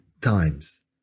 times